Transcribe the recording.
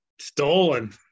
Stolen